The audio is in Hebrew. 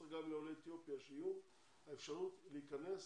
צריך גם לעולי אתיופיה שתהיה אפשרות להיכנס